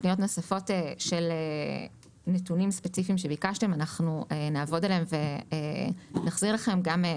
אנחנו נעבוד על פניות נוספות של נתונים ספציפיים שביקשתם ונחזיר לכם.